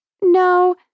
no